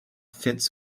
fits